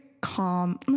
calm